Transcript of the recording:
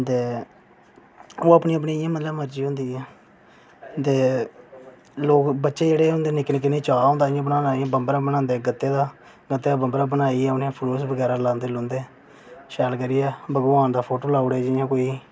ते ओह् अपनी अपनी इ'यां मतलब मरजी होंदी ऐ ते लोक बच्चे जेह्ड़े होंदे निक्के निक्के नेह् ते इ'नेंगी चाऽ होंदा ऐ ते बम्बरा बनांदे गत्ते दा बम्बरा बनाइयै फलूस बगैरा लांदे लूंदे शैल करियै भगवान दा फोटो लाई ओड़ेआ जि'यां कोई